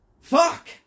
fuck